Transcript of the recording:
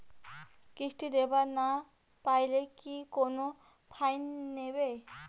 কিস্তি দিবার না পাইলে কি কোনো ফাইন নিবে?